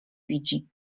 widzi